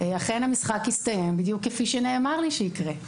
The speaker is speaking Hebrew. בשישי אכן המשחק הסתיים בדיוק כפי שנאמר לי שיקרה.